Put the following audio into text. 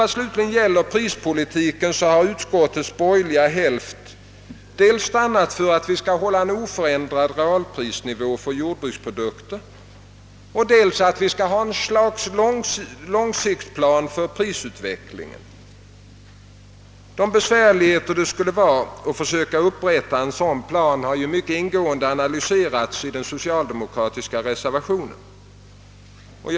I fråga om prispolitiken har utskottets borgerliga hälft stannat för att vi dels skall hålla en oförändrad realprisnivå för jordbruksprodukter, dels ha ett slags långtidsplan för prisutvecklingen. De besvärligheter som det skulle medföra att försöka uppgöra en sådan plan har mycket ingående analyserats i den socialdemokratiska reservationen.